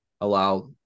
allow